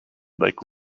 like